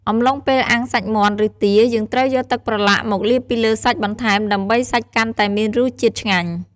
អំឡុងពេលអាំងសាច់មាន់ឬទា យើងត្រូវយកទឹកប្រឡាក់មកលាបពីលើសាច់បន្ថែម ដើម្បីសាច់កាន់តែមានរស់ជាតិឆ្ងាញ់។